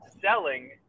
selling